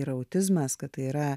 yra autizmas kad tai yra